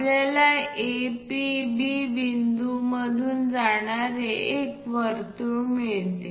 आपल्याला A P B बिंदूं मधून जाणारे एक वर्तुळ मिळते